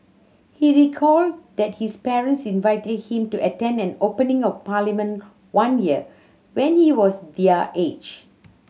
he recalled that his parents invited him to attend an opening of Parliament one year when he was their age